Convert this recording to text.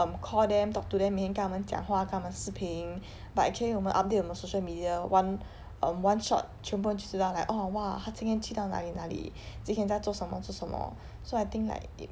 um call them talk to them 每天跟他们讲话跟他们视频 but actually 我们 update 我们的 social media one um one shot 全部人就知道 like orh !wah! 他今天去到哪里哪里今天在做什么做什么 so I think like it